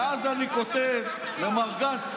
ואז אני כותב למר גנץ,